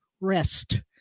rest